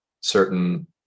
certain